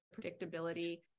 predictability